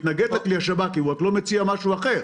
מתנגד לכלי של השב"כ אבל הוא לא מציע משהו אחר.